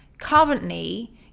currently